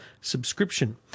subscription